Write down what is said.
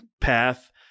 path